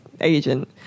agent